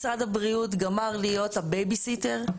משרד הבריאות גמר להיות הבייביסיטר.